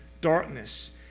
darkness